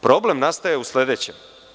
Problem nastaje u sledećem.